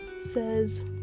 says